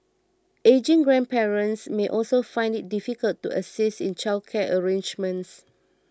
ageing grandparents may also find it difficult to assist in childcare arrangements